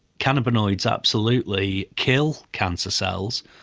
cannabinoids absolutely kill cancer cells,